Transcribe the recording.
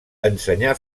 ensenyà